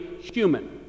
human